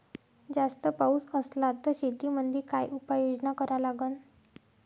जास्त पाऊस असला त शेतीमंदी काय उपाययोजना करा लागन?